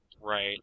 Right